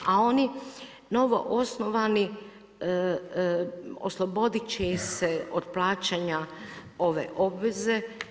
A oni novoosnovani osloboditi će ih se od plaćanja ove obveze.